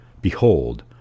Behold